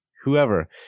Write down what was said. whoever